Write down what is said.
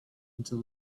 until